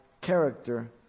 character